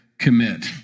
commit